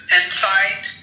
inside